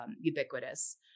ubiquitous